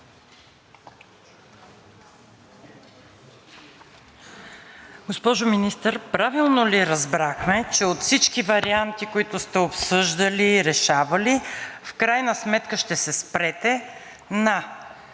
Госпожо Министър, правилно ли разбрахме, че от всички варианти, които сте обсъждали, решавали, в крайна сметка ще се спрете на: